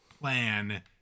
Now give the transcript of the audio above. plan